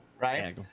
right